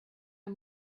are